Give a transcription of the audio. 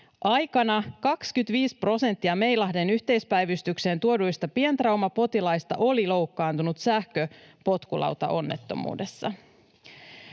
aikana 25 prosenttia Meilahden yhteispäivystykseen tuoduista pientraumapotilaista oli loukkaantunut sähköpotkulautaonnettomuudessa.